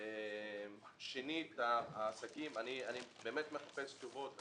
אני באמת מחפש תשובות.